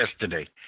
yesterday